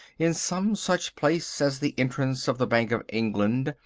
in some such place as the entrance of the bank of england,